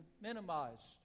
minimized